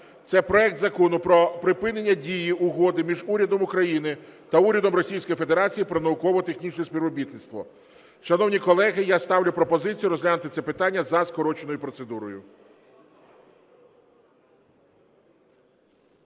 це проект Закону про припинення дії Угоди між Урядом України та Урядом Російської Федерації про науково-технічне співробітництво. Шановні колеги, я ставлю пропозицію розглянути це питання за скороченою процедурою.